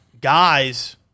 guys